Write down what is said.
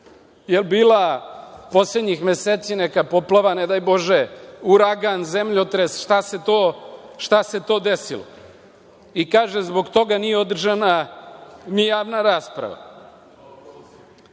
Jel bila poslednjih meseci neka poplava, ne daj bože, uragan, zemljotres, šta se to desilo? Kaže - zbog toga nije održana ni javna rasprava.